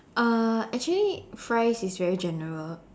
uh actually fries is very general